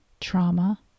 trauma